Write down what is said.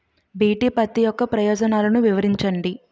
BT పత్తి యొక్క ప్రయోజనాలను వివరించండి?